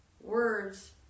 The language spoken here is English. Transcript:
words